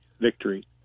victory